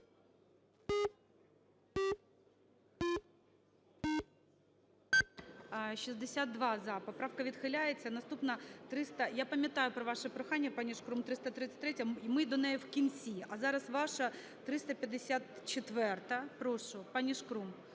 За-62 Поправка відхиляється. Наступна, 300... Я пам'ятаю про ваше прохання, паніШкрум, 333-я, ми до неї в кінці, а зараз ваша 354-а. Прошу, паніШкрум,